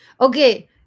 Okay